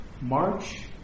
march